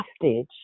hostage